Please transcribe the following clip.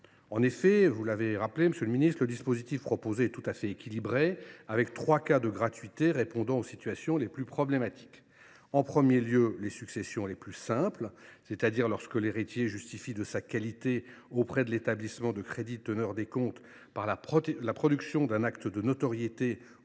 En effet, comme vous l’avez rappelé, monsieur le ministre, le dispositif proposé est tout à fait équilibré. Il prévoit trois cas de gratuité répondant aux situations les plus problématiques : en premier lieu, les successions les plus simples, c’est à dire lorsque l’héritier justifie de sa qualité auprès de l’établissement de crédit teneur des comptes par la production d’un acte de notoriété ou d’une